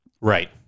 Right